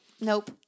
Nope